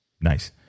Nice